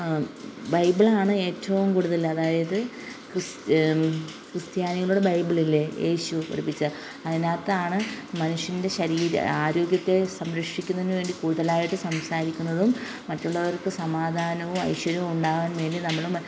ബൈബിളാണ് ഏറ്റവും കൂടുതൽ അതായത് ക്രിസ്ത്യൻ ക്രിസ്ത്യാനികളുടെ ബൈബിളില്ലേ യേശു പഠിപ്പിച്ച അതിനകത്താണ് മനുഷ്യൻ്റെ ശരീരം ആരോഗ്യത്തെ സംരക്ഷിക്കുന്നതിന് വേണ്ടി കൂടുതലായിട്ട് സംസാരിക്കുന്നതും മറ്റുള്ളവർക്ക് സമാധാനവും ഐശ്വര്യവും ഉണ്ടാകാൻ വേണ്ടി നമ്മളും